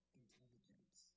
intelligence